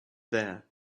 there